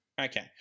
Okay